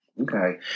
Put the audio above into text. Okay